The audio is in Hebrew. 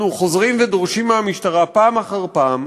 אנחנו חוזרים ודורשים מהמשטרה, פעם אחר פעם,